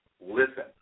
listen